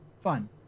Fun